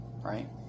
right